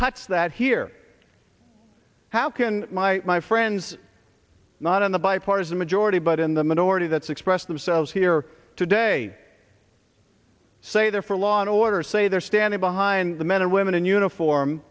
cuts that here how can my my friends not in the bipartisan majority but in the minority that's expressed themselves here today say they're for law and order say they're standing behind the men and women in uniform